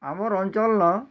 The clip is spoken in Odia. ଆମର୍ ଅଞ୍ଚଲ୍ର